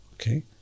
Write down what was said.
Okay